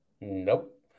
Nope